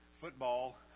football